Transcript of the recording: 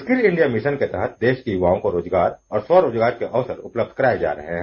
skill India mission के तहत देश के युवाओं को रोजगार और स्व रोजगार के अवसर उपलब्ध कराए जा रहे हैं